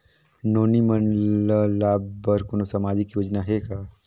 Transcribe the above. नोनी मन ल लाभ बर कोनो सामाजिक योजना हे का?